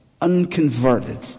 unconverted